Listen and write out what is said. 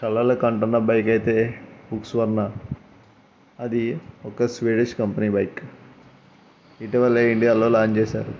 కలలు కంటున్న బైక్ అయితే ఉక్సువర్ణ అది ఒక స్వీడస్ కంపెనీ బైక్ ఇటీవల ఇండియాలో లాంచ్ చేశారు